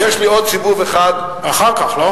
יש לי עוד סיבוב אחד, אחר כך, לא?